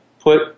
Put